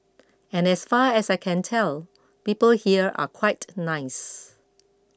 and as far as I can tell people here are quite nice